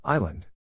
Island